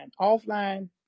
offline